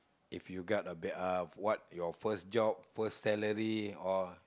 if you got a bad uh what your first job first salary or